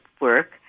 work